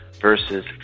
versus